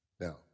Now